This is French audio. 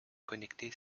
connecter